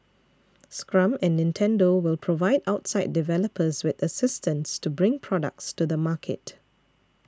Scrum and Nintendo will provide outside developers with assistance to bring products to the market